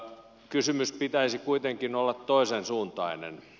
kysymyksen pitäisi kuitenkin olla toisensuuntainen